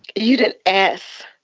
you didn't ask